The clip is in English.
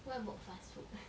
what about fast food